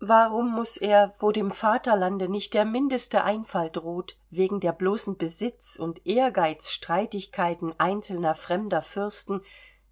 warum muß er wo dem vaterlande nicht der mindeste einfall droht wegen der bloßen besitz und ehrgeizstreitigkeiten einzelner fremder fürsten